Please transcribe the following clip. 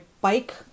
bike